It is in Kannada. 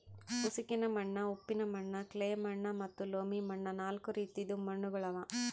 ಉಸುಕಿನ ಮಣ್ಣ, ಉಪ್ಪಿನ ಮಣ್ಣ, ಕ್ಲೇ ಮಣ್ಣ ಮತ್ತ ಲೋಮಿ ಮಣ್ಣ ನಾಲ್ಕು ರೀತಿದು ಮಣ್ಣುಗೊಳ್ ಅವಾ